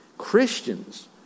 Christians